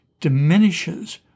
diminishes